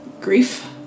grief